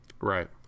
right